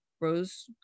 rose